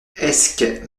esc